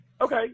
okay